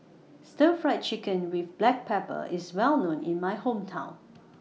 Stir Fried Chicken with Black Pepper IS Well known in My Hometown